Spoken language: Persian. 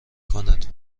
کند